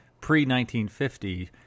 pre-1950